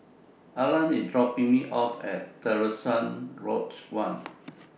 Arlan IS dropping Me off At Terusan Lodge one